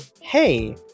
hey